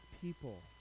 people